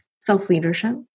self-leadership